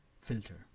filter